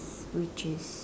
which is